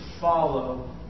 follow